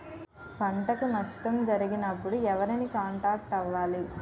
పంటకు నష్టం జరిగినప్పుడు ఎవరిని కాంటాక్ట్ అవ్వాలి?